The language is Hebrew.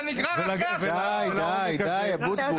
אתה נגרר אחרי --- די, די, אבוטבול.